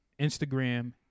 Instagram